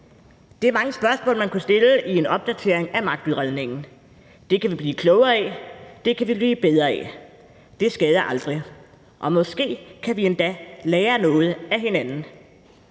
Det er mange spørgsmål, man kunne stille i en opdatering af magtudredningen. Det kan vi blive klogere af, det kan vi blive bedre af. Det skader aldrig, og måske kan vi endda lære noget af hinanden.